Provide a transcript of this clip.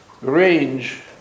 Range